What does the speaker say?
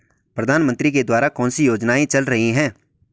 प्रधानमंत्री के द्वारा कौनसी योजनाएँ चल रही हैं?